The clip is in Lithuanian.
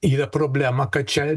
yra problema kad čia